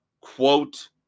Quote